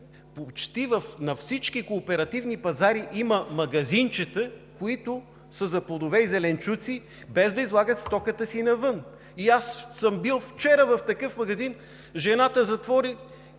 почти на всички кооперативни пазари има магазинчета, които са за плодове и зеленчуци, без да излагат стоката си навън. Аз бях вчера в такъв магазин. Жената затвори